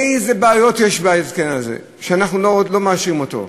איזה בעיות יש בהתקן הזה, שאנחנו לא מאשרים אותו?